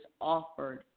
offered